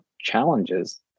challenges